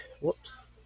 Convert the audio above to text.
Whoops